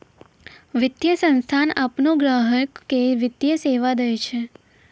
वित्तीय संस्थान आपनो ग्राहक के वित्तीय सेवा दैय छै